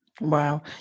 Wow